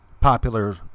popular